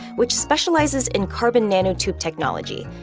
which specializes in carbon nanotube technology.